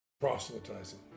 proselytizing